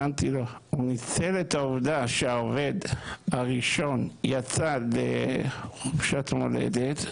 הוא ניצל את העובדה שהעובד הראשון יצא לחופשת מולדת,